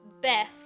Beth